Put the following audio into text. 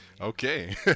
Okay